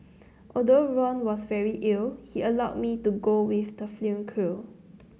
although Ron was very ill he allowed me to go with the film crew